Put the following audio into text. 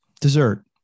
Dessert